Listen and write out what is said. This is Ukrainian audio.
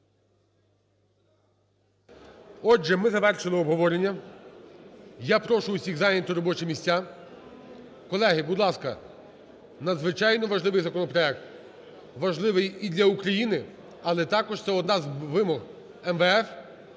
Отже, ми завершуємо обговорення. Я прошу всіх зайняти робочі місця. Колеги, будь ласка! Надзвичайно важливий законопроект, важливий і для України, але також це одна з вимог МВФ,